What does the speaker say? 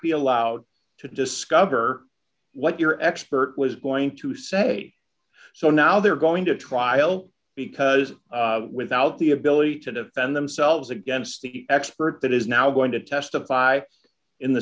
be allowed to discover what your expert was going to say so now they're going to trial because without the ability to defend themselves against the expert that is now going to testify in the